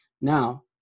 Now